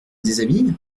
déshabille